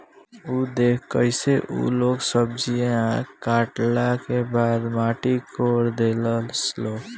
उ देखऽ कइसे उ लोग सब्जीया काटला के बाद माटी कोड़ देहलस लो